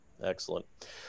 Excellent